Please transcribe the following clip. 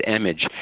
image